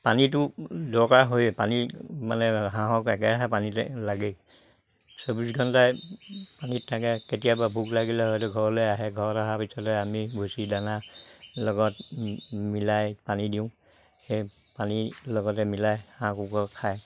পানীটো দৰকাৰ হয়েই পানী মানে হাঁহক একেৰাহে পানীতে লাগে চৌবিছ ঘণ্টাই পানীত থাকে কেতিয়াবা ভোক লাগিলে হয়তো ঘৰলৈ আহে ঘৰলে অহাৰ পিছতে আমি ভুচি দানা লগত মিলাই পানী দিওঁ সেই পানীৰ লগতে মিলাই হাঁহ কুকুৰাই খায়